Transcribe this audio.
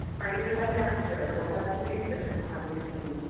are you the webmaster or web producer on your team?